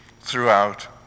throughout